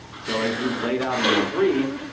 so as we laid out in our brief,